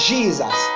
Jesus